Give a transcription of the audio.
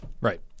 Right